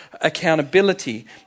accountability